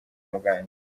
muganga